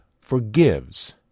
forgives